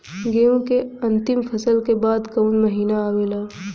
गेहूँ के अंतिम फसल के बाद कवन महीना आवेला?